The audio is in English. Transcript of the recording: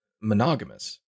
monogamous